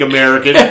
American